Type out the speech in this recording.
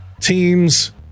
teams